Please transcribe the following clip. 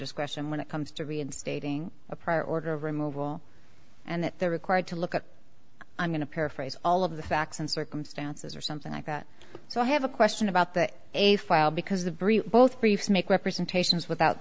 discretion when it comes to reinstating a pro order removal and that they're required to look at i'm going to paraphrase all of the facts and circumstances or something like that so i have a question about the a file because the both briefs make representations without